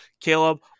Caleb